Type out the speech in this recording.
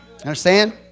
Understand